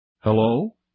Hello